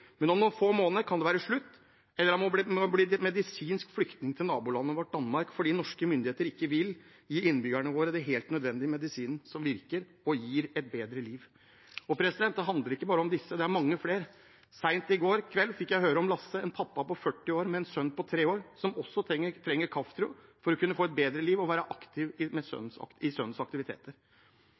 men om noen få måneder kan det være slutt – eller han må bli medisinsk flyktning til nabolandet vårt Danmark fordi norske myndigheter ikke vil gi innbyggerne våre den helt nødvendige medisinen som virker, og gi dem et bedre liv. Det handler ikke bare om disse. Det er mange flere. Sent i går kveld fikk jeg høre om Lasse, en pappa på 40 år, med en sønn på 3 år, som også trenger Kaftrio for å kunne få et bedre liv og være aktivt med i sønnens aktiviteter.